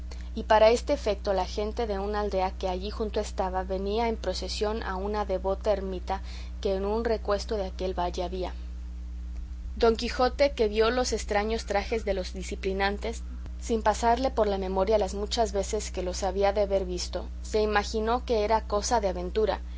y para este efecto la gente de una aldea que allí junto estaba venía en procesión a una devota ermita que en un recuesto de aquel valle había don quijote que vio los estraños trajes de los diciplinantes sin pasarle por la memoria las muchas veces que los había de haber visto se imaginó que era cosa de aventura